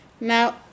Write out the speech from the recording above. Now